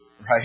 right